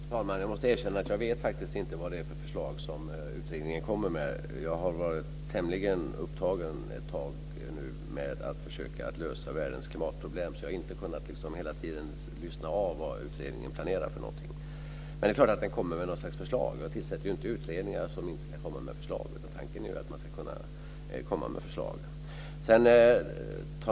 Fru talman! Jag måste erkänna att jag faktiskt inte vet vad det är för förslag som utredningen ska komma med. Jag har varit tämligen upptagen ett tag med att försöka att lösa världens klimatproblem, så jag har inte kunnat lyssna av vad utredningen planerar. Det är klart att det kommer något slags förslag. Jag tillsätter inte utredningar som inte ska komma med förslag. Tanken är att utredningarna ska komma med förslag.